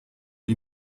gli